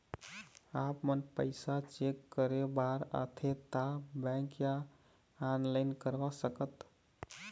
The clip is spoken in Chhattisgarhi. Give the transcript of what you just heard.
आपमन पैसा चेक करे बार आथे ता बैंक या ऑनलाइन करवा सकत?